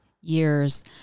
years